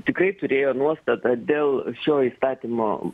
tikrai turėjo nuostatą dėl šio įstatymo